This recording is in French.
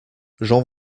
jean